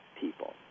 people